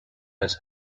has